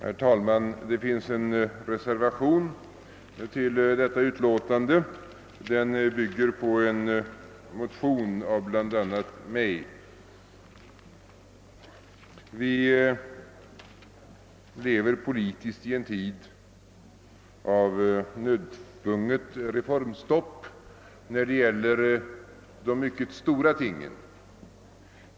Herr talman! Det finns en reservation till detta utlåtande som bygger på en motion av bl.a. mig. Vi lever politiskt i en tid av nödtvunget reformstopp när det gäller de mycket stora tingen.